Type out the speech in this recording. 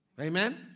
Amen